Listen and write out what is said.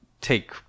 take